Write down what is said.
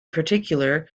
particular